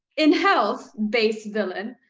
in health, base villain?